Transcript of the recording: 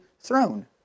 throne